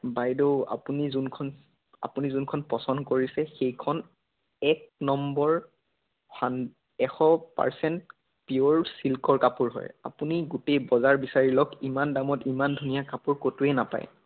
বাইদেউ আপুনি যোনখন আপুনি যোনখন পচন্দ কৰিছে সেইখন এক নম্বৰ হান এশ পাৰ্চেণ্ট পিয়ৰ চিল্কৰ কাপোৰ হয় আপুনি গোটেই বজাৰ বিচাৰি লওক ইমান দামত ইমান ধুনীয়া কাপোৰ ক'তোয়েই নাপায়